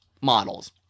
models